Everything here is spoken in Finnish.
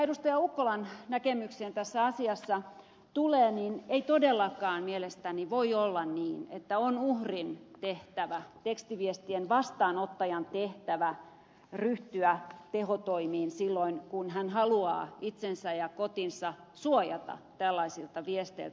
ukkolan näkemykseen tässä asiassa tulee niin ei todellakaan mielestäni voi olla niin että on uhrin tehtävä tekstiviestien vastaanottajan tehtävä ryhtyä tehotoimiin silloin kun hän haluaa itsensä ja kotinsa suojata tällaisilta viesteiltä